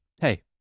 Hey